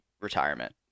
retirement